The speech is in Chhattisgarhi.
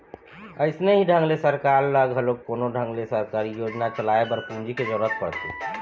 अइसने ही ढंग ले सरकार ल घलोक कोनो ढंग ले सरकारी योजना चलाए बर पूंजी के जरुरत पड़थे